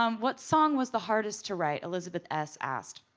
um what song was the hardest to write? elizabeth s. asked.